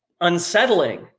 unsettling